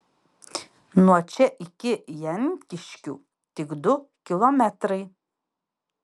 nuo čia iki jankiškių tik du kilometrai